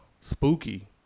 spooky